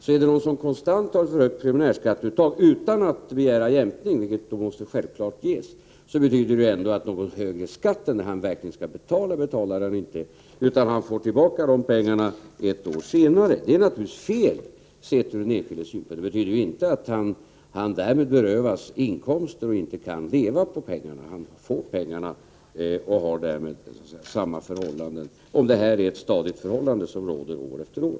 Är det någon som konstant har för högt preliminärskatteuttag utan att begära jämkning — som självfallet måste beviljas — så betyder det ändå att han inte betalar högre skatt än han verkligen skall. Han får tillbaka pengarna ett år senare. Detta är naturligtvis fel sett ur den enskildes synpunkt, men det betyder inte att han därmed berövas inkomster och att han inte kan leva på pengarna. Han får pengarna och har därmed samma förhållande — om det är fråga om ett stadigt förhållande, som råder år efter år.